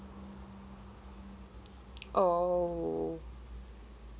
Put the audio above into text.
oh